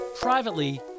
Privately